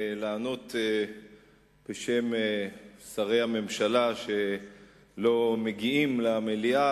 לענות בשם שרי הממשלה שלא מגיעים למליאה